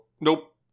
Nope